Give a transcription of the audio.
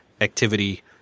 activity